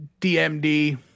DMD